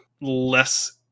less